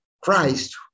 Christ